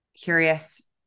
curious